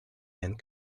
and